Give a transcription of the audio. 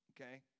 okay